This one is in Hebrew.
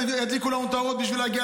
ואז ידליקו לנו את האורות בשביל להגיע